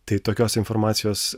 tai tokios informacijos